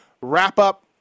wrap-up